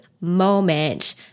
moment